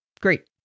great